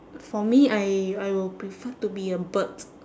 for me I I will prefer to be a bird